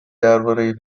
درباره